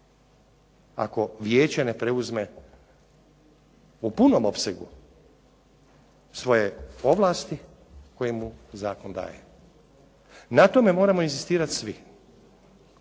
ako Vijeće ne preuzme u punom opsegu svoje ovlasti koje mu Zakon daje. Na tome moramo inzistirati svi,